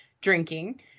drinking